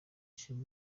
eshatu